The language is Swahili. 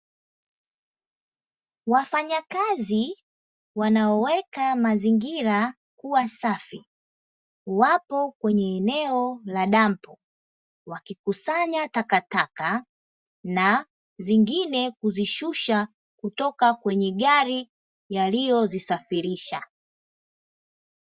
Wafanyakazi wanaoweka mazingira kuwa safi, wapo kwenye eneo la dampo wakikusanya takataka na zingine kuzishusha kutoka kwenye gari yaliyozisafirisha.